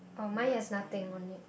oh mine has nothing on it